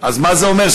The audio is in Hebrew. אז מה זה אומר?